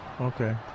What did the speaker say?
okay